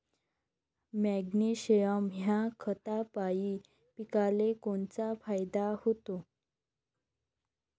Magnesium ह्या खतापायी पिकाले कोनचा फायदा होते?